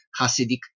Hasidic